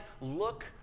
look